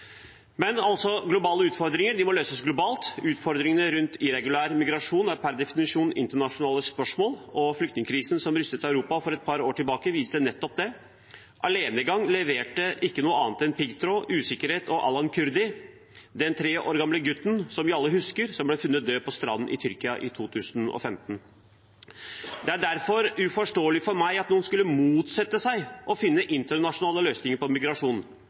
men la oss holde oss til saken. Ironien er at Fremskrittspartiet vil stemme imot denne pakten som i stor grad fokuserer på å begrense migrasjonen som følge av nød, krig og katastrofer. Det er ironien. Globale utfordringer må løses globalt. Utfordringene rundt irregulær migrasjon er per definisjon internasjonale spørsmål, og flyktningkrisen som rystet Europa for et par år tilbake, viste nettopp det. Alenegang leverte ikke noe annet enn piggtråd, usikkerhet og Alan Kurdi, den tre år gamle gutten vi alle husker, som ble funnet død på